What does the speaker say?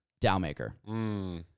Dowmaker